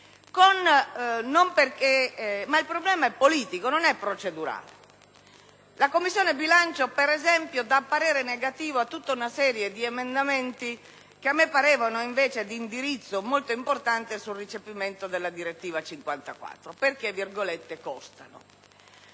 Il problema è politico, non procedurale. La Commissione bilancio, per esempio, dà parere contrario a tutta una serie di emendamenti, che mi parevano invece di indirizzo molto importante sul recepimento della direttiva n. 54, perché "costano".